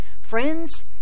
Friends